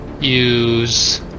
use